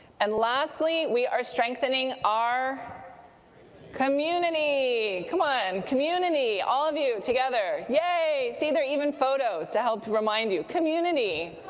and lastly we are strengthening our community! come on. community. all of you, together. yay. see, there are even photos to help remind you. community.